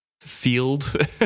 field